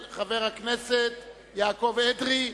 התשס"ט 2009, של חבר הכנסת יעקב אדרי.